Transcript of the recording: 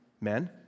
men